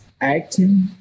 acting